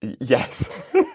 Yes